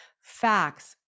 facts